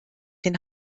den